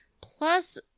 Plus